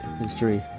history